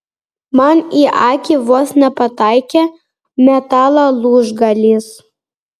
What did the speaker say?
man į akį vos nepataikė metalo lūžgalys